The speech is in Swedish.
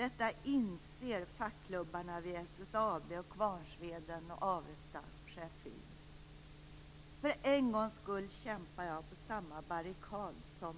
Detta inser fackklubbarna vid SSAB, Kvarnsveden och Avesta Sheffield. För en gångs skull kämpar jag på samma barrikad som